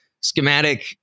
schematic